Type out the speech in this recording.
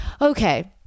Okay